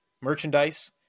merchandise